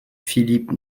philippe